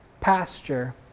pasture